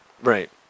Right